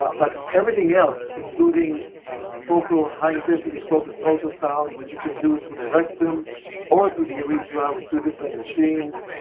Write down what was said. but but everything else, including focal high intensity focused ultrasound, which you can do through the rectum or through the urethra with two different machines.